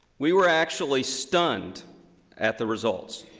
we were actually stunned at the results.